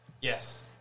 Yes